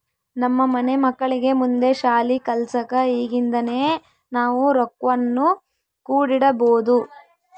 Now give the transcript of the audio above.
ನಮ್ಮ ಮನೆ ಮಕ್ಕಳಿಗೆ ಮುಂದೆ ಶಾಲಿ ಕಲ್ಸಕ ಈಗಿಂದನೇ ನಾವು ರೊಕ್ವನ್ನು ಕೂಡಿಡಬೋದು